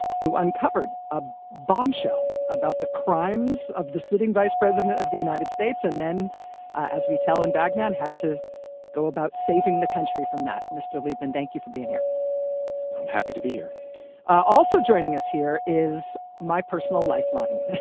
who uncovered a bombshell about the crimes of the sitting vice president of the united states. and then as we tell in bag man had to go about saving the country from that. mr. liebman, thank you for being here i'm happy to be here also joining here is my personal lifeline.